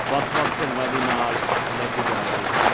ਵੱਖ ਵੱਖ ਢੰਗਾਂ ਦੇ ਨਾਲ ਲੈ ਕੇ ਜਾ ਰਹੇ ਹਨ